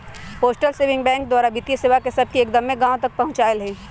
postal saving bank द्वारा वित्तीय सेवा सभके एक्दम्मे गाँव तक पहुंचायल हइ